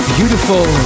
Beautiful